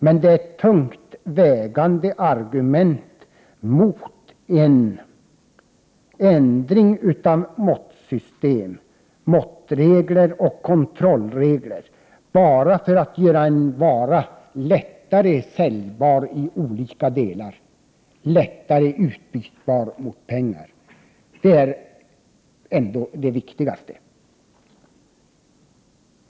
Men det är tungt vägande argument mot en ändring av måttsystem, måttregler och kontrollregler, bara för att göra en vara lättare säljbar i olika delar, lättare utbytbar mot pengar. Det är ändå det viktigaste.